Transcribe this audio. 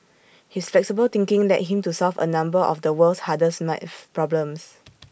his flexible thinking led him to solve A number of the world's hardest maths problems